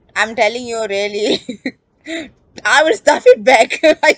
I'm telling you really I will stuff it back